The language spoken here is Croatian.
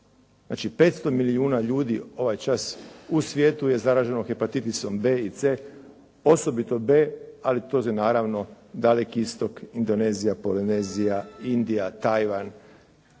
Znači, 500 milijuna ljudi ovaj čas u svijetu je zaraženo hepatitisom B i C, osobito B ali to su naravno Daleki Istok, Indonezija, Polinezija, Indija, Tajvan